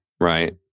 right